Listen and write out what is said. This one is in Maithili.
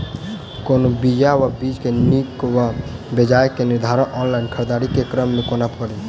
कोनों बीया वा बीज केँ नीक वा बेजाय केँ निर्धारण ऑनलाइन खरीददारी केँ क्रम मे कोना कड़ी?